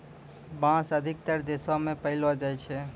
बांस अधिकतर देशो म पयलो जाय छै